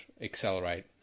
accelerate